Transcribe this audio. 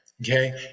Okay